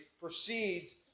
proceeds